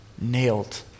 nailed